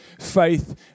faith